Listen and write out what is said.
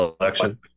election